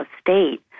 state